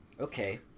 Okay